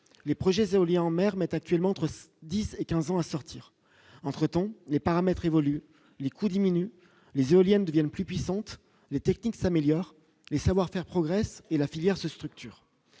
les projets éoliens en mer mettent actuellement entre 10 et 15 ans à sortir, entre-temps, les paramètres évoluent les coûts diminuent les éoliennes deviennent plus puissantes, les techniques s'améliorent et savoir-faire progresser et la filière se structure,